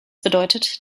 bedeutet